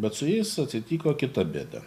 bet su jais atsitiko kita bėda